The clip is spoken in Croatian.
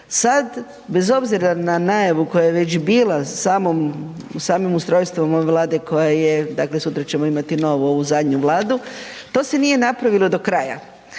Sad, bez obzira na najavu koja je već bila samim ustrojstvom ove Vlade koja je, dakle sutra ćemo imati novu ovu zadnju Vladu, to se nije napravilo do kraja.